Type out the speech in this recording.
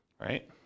right